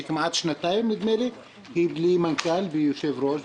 שכמעט שנתיים היא בלי מנכ"ל ויושב-ראש,